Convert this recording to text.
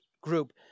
group